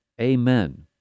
amen